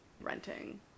renting